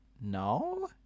no